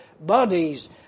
bodies